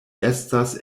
estas